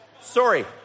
Sorry